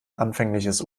anfängliches